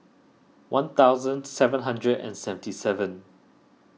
one thousand seven hundred and seventy seven